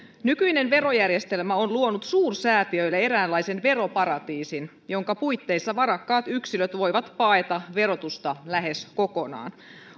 nykyinen verojärjestelmä on luonut suursäätiöille eräänlaisen veroparatiisin jonka puitteissa varakkaat yksilöt voivat paeta verotusta lähes kokonaan